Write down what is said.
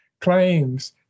claims